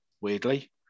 weirdly